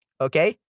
Okay